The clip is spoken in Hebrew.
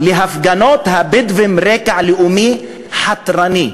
"להפגנות הבדואים רקע לאומי חתרני".